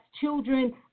children